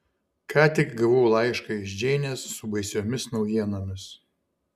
ką tik gavau laišką iš džeinės su baisiomis naujienomis